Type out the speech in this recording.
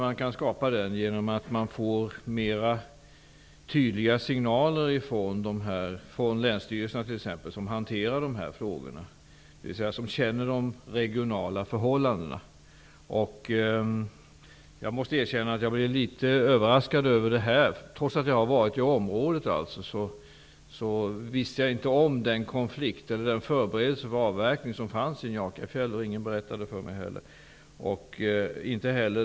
Den kan skapas genom fler tydliga signaler från exempelvis länsstyrelserna, som hanterar de här frågorna och där man känner de regionala förhållandena. Jag måste erkänna att jag blev litet överraskad över den förberedelse för avverkning som finns på Njakafjället, trots att jag varit området. Ingen berättade det för mig.